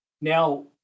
Now